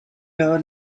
your